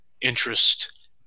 interest